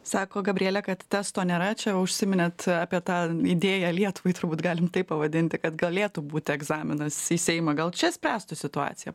sako gabrielė kad testo nėra čia užsiminėt apie tą idėją lietuvai turbūt galim taip pavadinti kad galėtų būti egzaminas į seimą gal čia spręstų situaciją